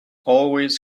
always